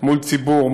מול הציבור,